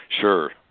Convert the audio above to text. Sure